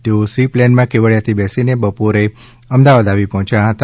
તેઓ સી પ્લેનમાં કેવડિયાથી બેસીને બપોર અમદાવાદ આવી પહોંચ્યા હતા